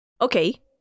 okay